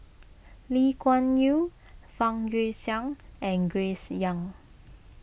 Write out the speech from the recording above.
Lee Kuan Yew Fang Guixiang and Grace Young